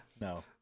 No